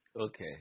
Okay